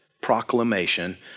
proclamation